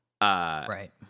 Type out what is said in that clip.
Right